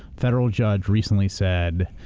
federal judge recently said,